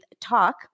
talk